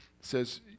says